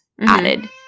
added